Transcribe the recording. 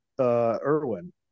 Irwin